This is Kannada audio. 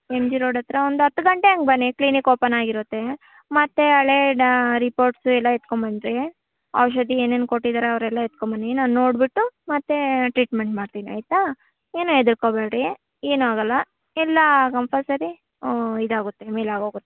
ಎಂ ಜಿ ರೋಡ್ ಹತ್ರ ಒಂದು ಹತ್ತು ಗಂಟೆ ಹಂಗ್ ಬನ್ನಿ ಕ್ಲಿನಿಕ್ ಓಪನ್ ಆಗಿರುತ್ತೆ ಮತ್ತು ಹಳೆ ಡಾ ರಿಪೋರ್ಟ್ಸ್ ಎಲ್ಲ ಎತ್ಕೊಂಡ್ ಬನ್ರಿ ಔಷಧಿ ಏನೇನು ಕೊಟ್ಟಿದ್ದಾರೆ ಅವರೆಲ್ಲಾ ಎತ್ಕೊಂಡ್ ಬನ್ನಿ ನಾನು ನೋಡಿಬಿಟ್ಟು ಮತ್ತೆ ಟ್ರೀಟ್ಮೆಂಟ್ ಮಾಡ್ತಿನಿ ಆಯಿತಾ ಏನು ಹೆದ್ರುಕೊಬೇಡಿ ಏನು ಆಗಲ್ಲ ಎಲ್ಲ ಕಂಪಲ್ಸರಿ ಇದಾಗುತ್ತೆ ಮೇಲಾಗೋಗುತ್ತೆ